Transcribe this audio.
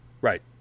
right